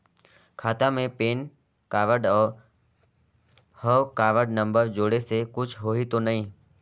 खाता मे PAN card और हव कारड नंबर जोड़े से कुछ होही तो नइ?